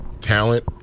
talent